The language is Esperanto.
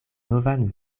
novan